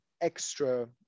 extra